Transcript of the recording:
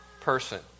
person